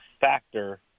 factor